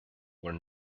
were